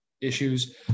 issues